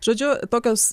žodžiu tokios